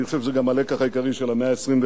אני חושב שזה גם הלקח העיקרי של המאה ה-21.